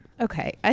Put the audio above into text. okay